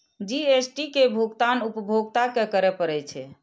GST के भुगतान उपभोक्ता कें करय पड़ै छै